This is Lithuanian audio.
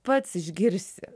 pats išgirsi